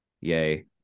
Yay